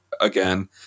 again